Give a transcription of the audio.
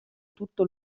tutto